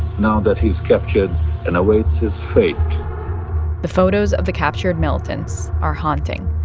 now that he's captured and awaits his fate the photos of the captured militants are haunting.